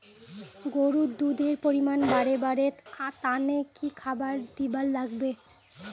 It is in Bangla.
গরুর দুধ এর পরিমাণ বারেবার তানে কি খাবার দিবার লাগবে?